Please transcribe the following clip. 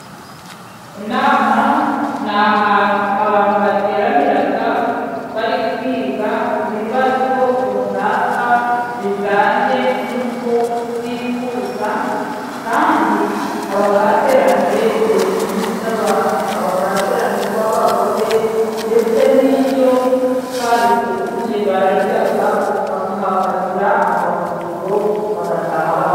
Inama ni ahantu abantu bateranira, bari kwiga ku bibazo runaka bijyanye n'uko bifuza, kandi haba hateraniye ingeri nyinshi z'abantu, haba hateraniyeho abagore, ndetse niyo babiteguye bararya, bakahafatira amafunguro bagataha bafunguye.